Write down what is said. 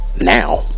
now